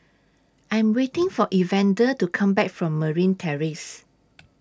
I'm waiting For Evander to Come Back from Marine Terrace